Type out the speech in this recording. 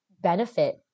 benefit